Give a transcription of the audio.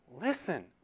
Listen